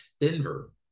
Denver